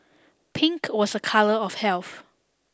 pink was a colour of health